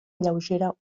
lleugera